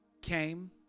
came